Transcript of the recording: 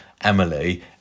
Emily